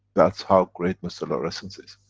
that's how great mr laureyssens is.